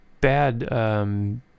bad